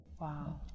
Wow